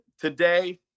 today